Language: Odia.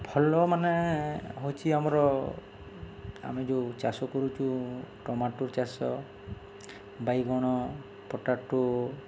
ଭଲ ମାନେ ହେଉଛି ଆମର ଆମେ ଯେଉଁ ଚାଷ କରୁଛୁ ଟମାଟୋ ଚାଷ ବାଇଗଣ ପଟାଟୋ